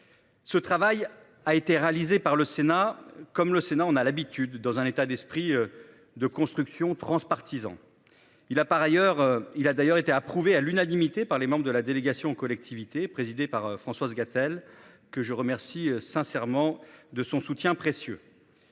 Ce travail a été réalisé par le Sénat. Comme le Sénat, on a l'habitude dans un état d'esprit. De construction transpartisan. Il a par ailleurs il a d'ailleurs été approuvé à l'unanimité par les membres de la délégation aux collectivités présidé par Françoise Gatel, que je remercie sincèrement de son soutien précieux.